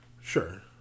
Sure